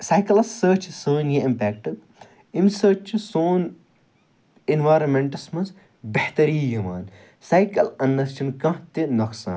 سایکَلَس سۭتۍ چھِ سٲنۍ یہِ اِمپیٚکٹہٕ اَمہِ سۭتۍ چھُ سون ایٚنویٚارانمیٚنٹَس مَنٛز بہتری یِوان سایکل اَننَس چھُنہٕ کانٛہہ تہِ نۄقصان